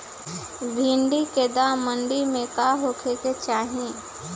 भिन्डी के दाम मंडी मे का होखे के चाही?